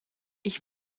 ich